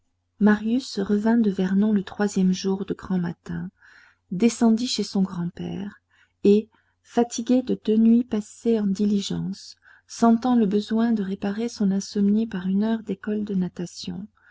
marius revint de vernon le troisième jour de grand matin descendit chez son grand-père et fatigué de deux nuits passées en diligence sentant le besoin de réparer son insomnie par une heure d'école de natation